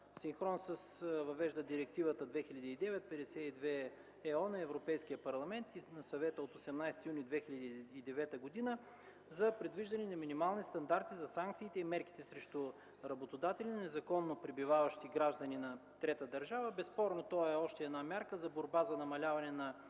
синхрон с въвеждане на Директива 2009/52/ЕО на Европейския парламент и на Съвета от 18 юни 2009 г. за предвиждане на минимални стандарти за санкциите и мерките срещу работодатели на незаконно пребиваващи граждани на трета държава. Безспорно това е още една мярка за борба за намаляване на